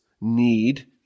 need